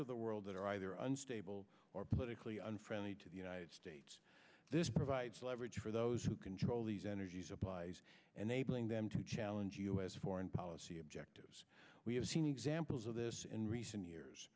of the world that are either unstable or politically unfriendly to the united states this provides leverage for those who control these energy supplies and they bring them to challenge us foreign policy objectives we have seen examples of this in recent years